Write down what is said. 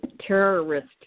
terrorist